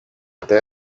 até